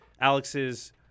Alex's